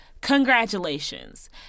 Congratulations